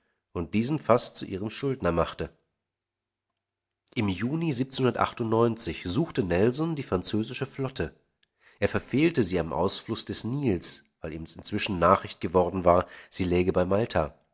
und diesen fast zu ihrem schuldner machte im juni suchte nelson die französische flotte er verfehlte sie am ausfluß des nils weil ihm inzwischen nachricht geworden war sie läge bei malta